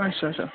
अच्छा अच्छा